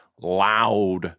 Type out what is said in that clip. loud